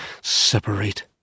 separate